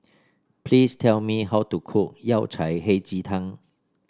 please tell me how to cook Yao Cai Hei Ji Tang